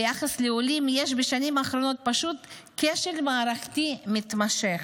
ביחס לעולים יש בשנים האחרונות פשוט כשל מערכתי מתמשך.